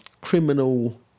criminal